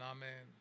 Amen